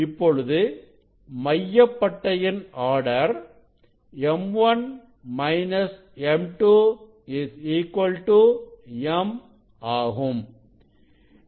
இப்பொழுதுமைய பட்டையின் order m1 m2 m ஆகும்